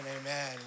amen